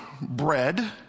bread